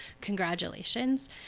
congratulations